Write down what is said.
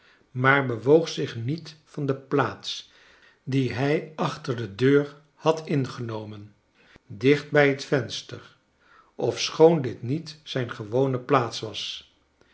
maar bewoog zich niet van de plaats die hij achter de deur had ingenomen dicht bij het venster ofschoon dit niet zijn gewone plaats was